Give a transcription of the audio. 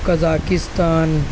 Kazakhstan